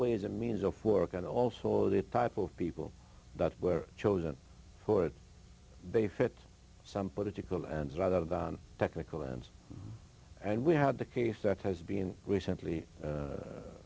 ways and means of for work and also that type of people that were chosen for it they fit some political and rather than technical ends and we had the case that has been recently